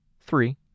Three